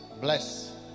bless